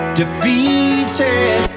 defeated